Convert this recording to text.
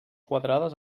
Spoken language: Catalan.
quadrades